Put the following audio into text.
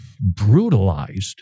brutalized